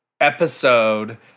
episode –